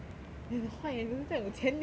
你很坏 eh 你都这样有钱 liao